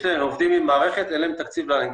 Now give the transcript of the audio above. יש להן עובדים עם מערכת, אין להן תקציב להנגיש,